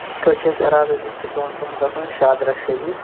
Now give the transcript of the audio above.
یِتھ کٲٹھۍ چھُ اَسہِ ارادٕ أسۍ گژھُن دۄن دۄہن چھُ اسہِ شادرہ شریف